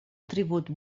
tribut